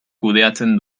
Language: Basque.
kudeatzen